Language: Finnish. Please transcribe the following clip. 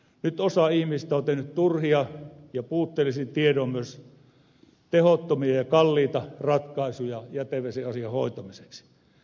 nyt osa ihmisistä on tehnyt turhia ja puutteellisin tiedoin myös tehottomia ja kalliita ratkaisuja jätevesiasian hoitamiseksi